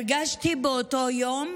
הרגשתי באותו יום